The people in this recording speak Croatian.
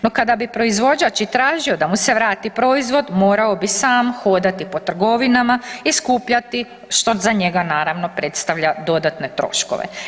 No kada bi proizvođač i tražio da mu se vrati proizvod morao bi sam hodati po trgovinama i skupljati, što za njega naravno predstavlja dodatne troškove.